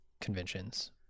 conventions